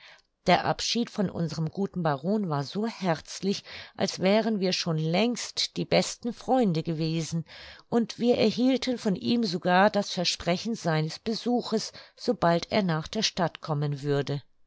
der abschied von unserem guten baron war so herzlich als wären wir schon längst die besten freunde gewesen und wir erhielten von ihm sogar das versprechen seines besuches sobald er nach der stadt kommen würde